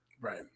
right